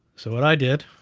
so what i did